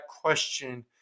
question